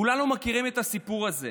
כולנו מכירים את הסיפור הזה,